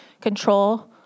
control